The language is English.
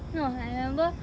then I was like remember